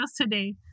today